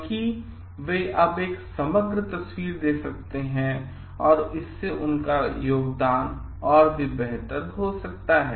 क्योंकि वे अब एक समग्र तस्वीर देख सकते हैं और इससे उनका बेहतर योगदान हो सकता है